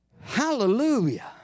Hallelujah